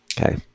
okay